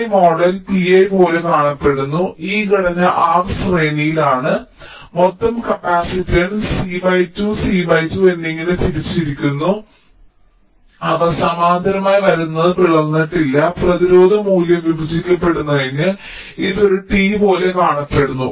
Pi model Pi പോലെ കാണപ്പെടുന്നു ഈ ഘടന R ശ്രേണിയിലാണ് മൊത്തം കപ്പാസിറ്റൻസ് C 2 C 2 എന്നിങ്ങനെ തിരിച്ചിരിക്കുന്നു അവ സമാന്തരമായി വരുന്നു പിളർന്നിട്ടില്ല പ്രതിരോധ മൂല്യം വിഭജിക്കപ്പെടുന്നിടത്ത് ഇത് ഒരു T പോലെ കാണപ്പെടുന്നു